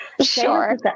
Sure